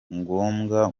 ngombwa